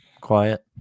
quiet